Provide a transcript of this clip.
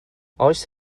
oes